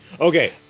Okay